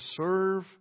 serve